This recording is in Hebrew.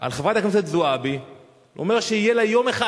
על חברת הכנסת זועבי אומר שיהיה לה יום אחד,